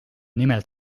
nimelt